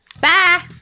Bye